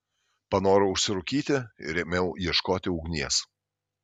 panorau užsirūkyti ir ėmiau ieškoti ugnies